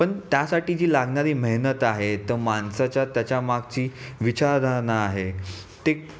पण त्यासाठी जी लागणारी मेहनत आहे तर माणसाच्या त्याच्या मागची विचारधारणा आहे ते